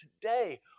today